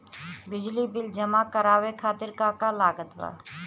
बिजली बिल जमा करावे खातिर का का लागत बा?